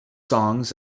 songs